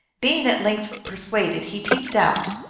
being at length persuaded, he peeped out,